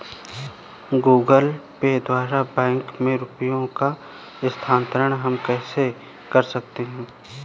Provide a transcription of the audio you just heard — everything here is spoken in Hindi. गूगल पे द्वारा बैंक में रुपयों का स्थानांतरण हम कैसे कर सकते हैं?